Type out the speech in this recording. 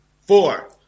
Four